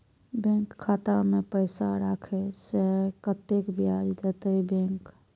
Bank खाता में पैसा राखे से कतेक ब्याज देते बैंक?